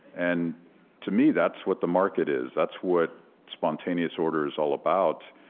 and to me, that's what the market is. that's what spontaneous order is all about.